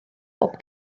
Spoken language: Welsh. bob